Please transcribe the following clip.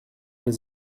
les